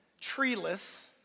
treeless